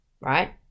right